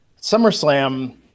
SummerSlam